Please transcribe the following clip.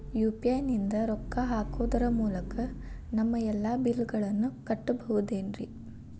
UPI ನಿಂದ ರೊಕ್ಕ ಹಾಕೋದರ ಮೂಲಕ ನಮ್ಮ ಎಲ್ಲ ಬಿಲ್ಲುಗಳನ್ನ ಕಟ್ಟಬಹುದೇನ್ರಿ?